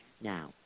now